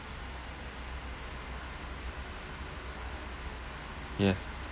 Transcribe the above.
yes